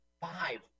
five